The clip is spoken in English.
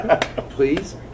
Please